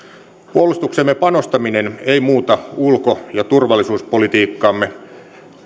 puolustukseemme panostaminen ei muuta ulko ja turvallisuuspolitiikkamme